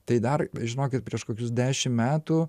tai dar žinokit prieš kokius dešimt metų